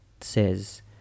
says